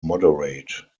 moderate